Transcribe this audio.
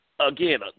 again